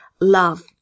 love